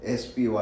spy